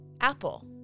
Apple